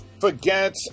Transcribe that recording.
forget